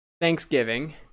Thanksgiving